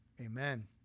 Amen